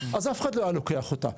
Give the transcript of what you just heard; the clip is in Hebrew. אז אף אחד לא היה לוקח אותה.